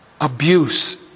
abuse